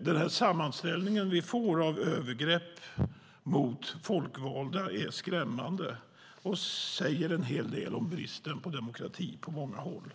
Den sammanställning som vi får av övergrepp mot folkvalda är skrämmande och säger en hel del om bristen på demokrati på många håll.